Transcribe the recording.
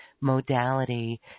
modality